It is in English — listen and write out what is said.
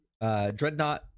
Dreadnought